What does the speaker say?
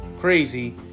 crazy